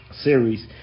series